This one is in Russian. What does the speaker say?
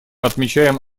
отмечаем